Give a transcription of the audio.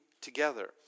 together